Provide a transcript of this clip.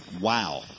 wow